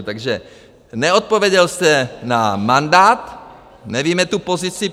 Takže neodpověděl jste na mandát, nevíme tu pozici.